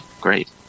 great